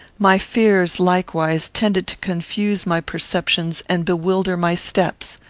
my fears likewise tended to confuse my perceptions and bewilder my steps.